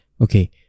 Okay